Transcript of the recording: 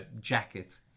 jacket